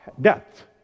death